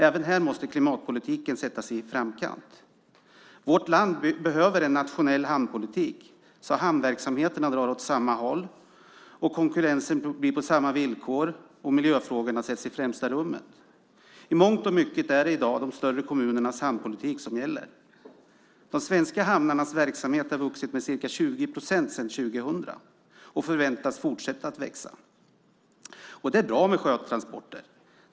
Även här måste klimatpolitiken sättas i framkant. Vårt land behöver en nationell hamnpolitik så att hamnverksamheterna drar åt samma håll, konkurrensen blir på samma villkor och miljöfrågorna sätts i främsta rummet. I mångt och mycket är det i dag de större kommunernas hamnpolitik som gäller. De svenska hamnarnas verksamhet har vuxit med ca 20 procent sedan år 2000 och förväntas fortsätta att växa. Det är bra med sjötransporter.